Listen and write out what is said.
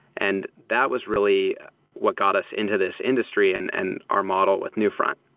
and that was really what got us into this industry and and our model with newfront